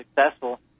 successful